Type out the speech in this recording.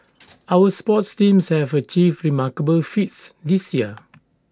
our sports teams have achieved remarkable feats this year